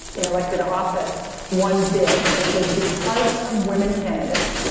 in elected office won big and it was because of women candidates,